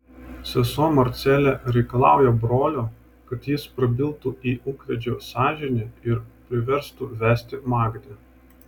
sesuo marcelė reikalauja brolio kad jis prabiltų į ūkvedžio sąžinę ir priverstų vesti magdę